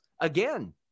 again